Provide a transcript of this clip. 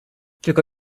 tylko